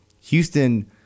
Houston